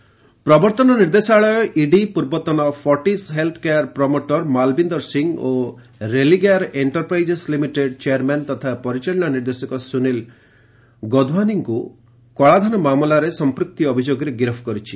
ED arrest ପ୍ରବର୍ଭନ ନିର୍ଦ୍ଦେଶାଳୟ ED ପୂର୍ବତନ Fortis health care promoter Malvinder Singh ଓ Religare enterprises limited chairman ତଥା ପରିଚାଳନା ନିର୍ଦ୍ଦେଶକ ସୁନୀଲ ଗୋଧୱାନୀଙ୍କୁ କଳାଧନ ମାମଲାରେ ସଂପୃକ୍ତି ଅଭିଯୋଗରେ ଗିରଫ୍ କରିଛି